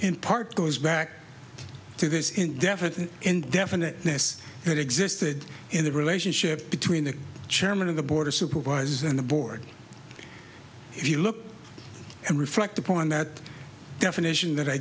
in part goes back to this indefinite indefiniteness that existed in the relationship between the chairman of the board of supervisors and the board if you look and reflect upon that definition that i